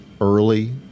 early